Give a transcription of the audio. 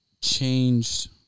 changed